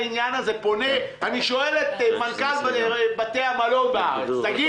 אני שואל את מנכ"ל בתי המלון בארץ: תגיד,